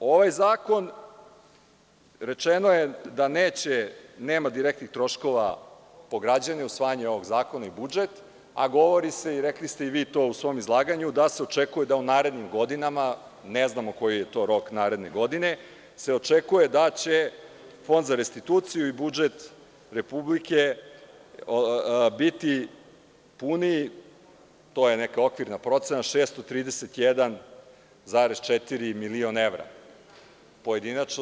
Ovaj zakon rečeno je da neće da ima direktnih troškova po građane, usvajanje ovog zakona, i budžet, a govori se i rekli ste i vi to u svom izlaganju da se očekuje da u narednim godinama, ne znamo koji je to rok – naredne godine, očekuje da će Fond za restituciju i budžet Republike biti puniji, to je neka okvirna procena 631,4 miliona evra pojedinačno.